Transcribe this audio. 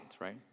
right